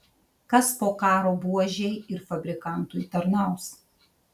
kas po karo buožei ir fabrikantui tarnaus